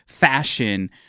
fashion